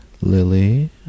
Lily